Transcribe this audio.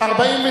להעביר את